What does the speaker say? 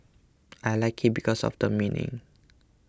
I like it because of the meaning